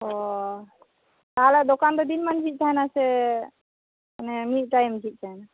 ᱚ ᱛᱟᱦᱚᱞᱮ ᱫᱚᱠᱟᱱ ᱫᱚ ᱫᱤᱱᱢᱟᱱ ᱡᱷᱤᱡ ᱛᱟᱦᱮᱱᱟ ᱥᱮ ᱢᱟᱱᱮ ᱢᱤᱫ ᱴᱟᱭᱤᱢ ᱡᱷᱤᱡ ᱛᱟᱦᱮᱱᱟ